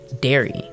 dairy